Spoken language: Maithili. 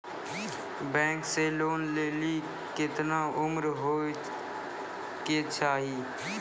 बैंक से लोन लेली केतना उम्र होय केचाही?